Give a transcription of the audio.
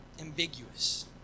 ambiguous